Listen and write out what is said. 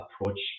approach